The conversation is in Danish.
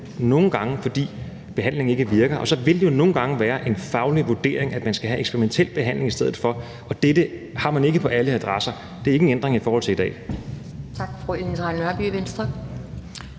nogle gange er, fordi behandlingen ikke virker, og så vil det jo nogle gange være en faglig vurdering, at barnet skal have eksperimentel behandling i stedet for, og den har man ikke på alle adresser. Men det er ikke en ændring i forhold til i dag.